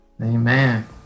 Amen